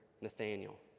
Nathaniel